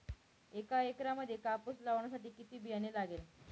एका एकरामध्ये कापूस लावण्यासाठी किती बियाणे लागेल?